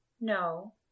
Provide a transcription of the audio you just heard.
No